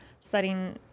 setting